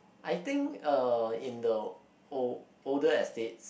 I think uh in the old~ older estates